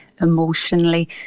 emotionally